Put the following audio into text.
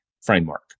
framework